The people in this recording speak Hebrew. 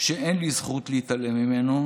שאין לי זכות להתעלם ממנו,